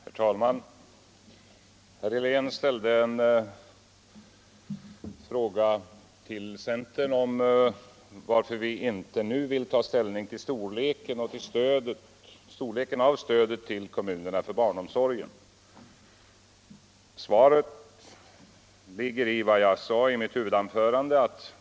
Herr talman! Herr Helén ställde en fråga till centern om varför vi inte vill ta ställning nu till storleken av stödet till kommunerna för barnomsorgen. Svaret ligger i vad jag sade i mitt huvudanförande.